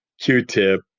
Q-tip